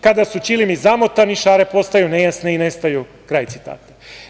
Kada su ćilimi zamotani šare postaju nejasni nestaju“, kraj citata.